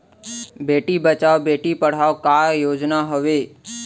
बेटी बचाओ बेटी पढ़ाओ का योजना हवे?